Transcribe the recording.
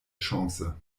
chance